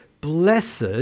Blessed